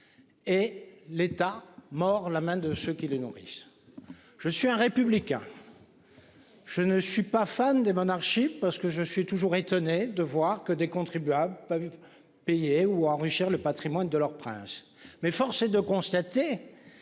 Et l'État mord la main de ceux qui les nourrissent. Je suis un républicain. Je ne suis pas fan des monarchies parce que je suis toujours étonné de voir que des contribuables pas. Payer ou enrichir le Patrimoine de leur prince mais force est de constater.